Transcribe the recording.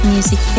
Music